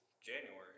January